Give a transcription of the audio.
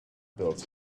built